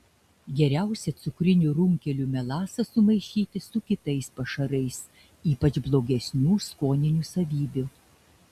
geriausia cukrinių runkelių melasą sumaišyti su kitais pašarais ypač blogesnių skoninių savybių